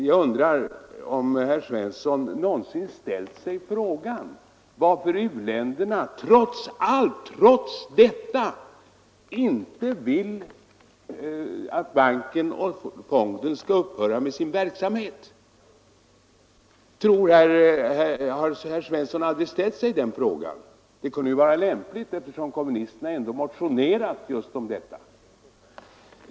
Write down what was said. Jag undrar om herr Svensson någonsin ställt sig frågan varför uländerna trots allt detta inte vill att banken och fonden skall upphöra med sin verksamhet. Har herr Svensson aldrig ställt sig den frågan? Det kunde ju vara lämpligt, eftersom kommunisterna ändå motionerat om detta.